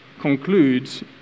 concludes